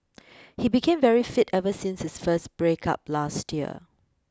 he became very fit ever since his first break up last year